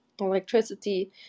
electricity